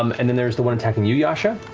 um and then there's the one attacking you, yasha.